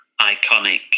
iconic